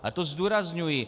A to zdůrazňuji.